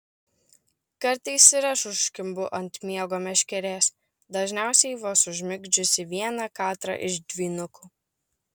kartais ir aš užkimbu ant miego meškerės dažniausiai vos užmigdžiusi vieną katrą iš dvynukų